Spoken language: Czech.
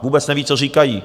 Vůbec nevědí, co říkají.